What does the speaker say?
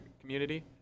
community